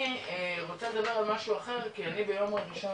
אני רוצה לדבר על משהו אחר, כי אני ביום ראשון